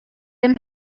him